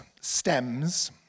stems